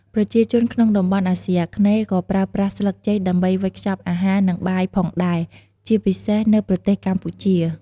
ប្រជាជនក្នុងតំបន់អាស៊ីអាគ្នេយ៍ ក៏ប្រើប្រាស់ស្លឹកចេកដើម្បីវេចខ្ចប់អាហារ និងបាយផងដែរជាពិសេសនៅប្រទេសកម្ពុជា។